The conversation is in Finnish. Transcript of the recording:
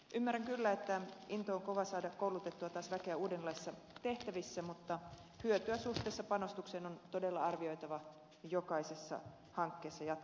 ymmärrän kyllä että into on kova saada koulutettua taas väkeä uudenlaisissa tehtävissä mutta hyötyä suhteessa panostukseen on todella arvioitava jokaisessa hankkeessa jatkossa paremmin